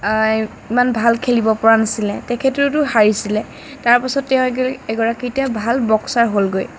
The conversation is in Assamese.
ইমান ভাল খেলিব পৰা নাছিলে তেখেতেওতো হাৰিছিলে তাৰপিছত তেওঁ এগৰাকী ভাল বক্সাৰ হ'লগৈ